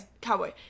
Cowboy